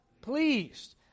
pleased